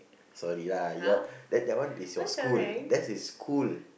sorry lah your that that one is your school that is school